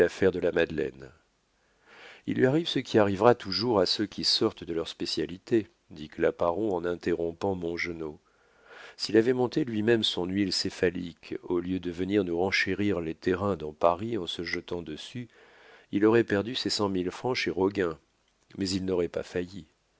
de la madeleine il lui arrive ce qui arrivera toujours à ceux qui sortent de leur spécialité dit claparon en interrompant mongenod s'il avait monté lui-même son huile céphalique au lieu de venir nous renchérir les terrains dans paris en se jetant dessus il aurait perdu ses cent mille francs chez roguin mais il n'aurait pas failli